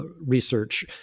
research